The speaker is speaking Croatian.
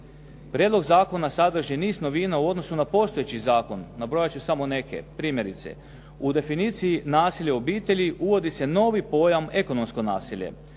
Prijedlog zakona sadrži niz novina u odnosu na postojeći zakon. Nabrojat ću samo neke, primjerice. U definiciji nasilje u obitelji uvodi se novi pojam ekonomsko nasilje,